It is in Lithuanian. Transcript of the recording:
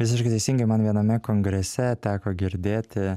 visiškai teisingai man viename kongrese teko girdėti